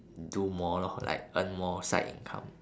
do more lor like earn more side income